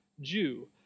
Jew